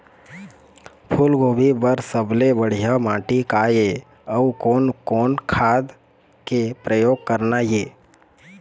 फूलगोभी बर सबले बढ़िया माटी का ये? अउ कोन कोन खाद के प्रयोग करना ये?